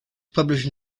published